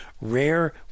rare